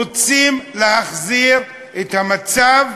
רוצים להחזיר את המצב,